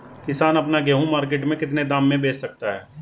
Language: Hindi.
किसान अपना गेहूँ मार्केट में कितने दाम में बेच सकता है?